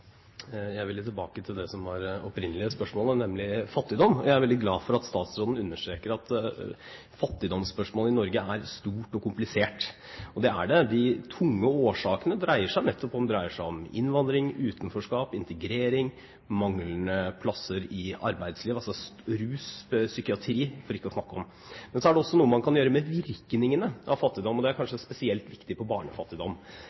Jeg vil tilbake til det som var det opprinnelige spørsmålet, nemlig fattigdom. Jeg er veldig glad for at statsråden understreker at fattigdomsspørsmålet i Norge er stort og komplisert. Det er det. De tunge årsakene dreier seg om innvandring, utenforskap, integrering, manglende plasser i arbeidslivet, for ikke å snakke om rus og psykiatri. Men så er det også noe man kan gjøre med virkningene av fattigdom, og det er